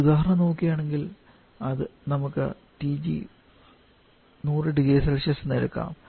ഒരു ഉദാഹരണം നോക്കുകയാണെങ്കിൽ നമുക്ക് TG 100 0C എന്ന് എടുക്കാം